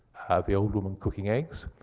the old woman cooking eggs,